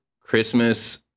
Christmas